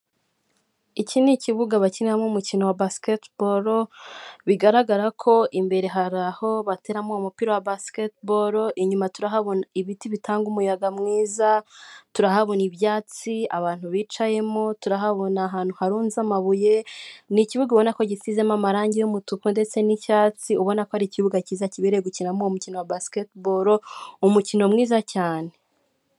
Iki ni ikibuga bakiniramo umukino wa basiketi boro, bigaragara ko imbere hari aho bateramo uwo mupira wa basiketi boro, inyuma turahabona ibiti bitanga umuyaga mwiza, turahabona ibyatsi abantu bicayemo, turahabona ahantu harunze amabuye, n' ikibuga gisize amarangi y'umutuku ndetse n'icyatsi, ubona ko ari ikibuga cyiza kibereye gukiniramo uwo mukino wa basiketi boro, umukino mwiza cyane!